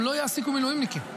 הם לא יעסיקו מילואימניקים.